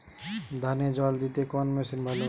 ধানে জল দিতে কোন মেশিন ভালো?